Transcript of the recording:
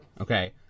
Okay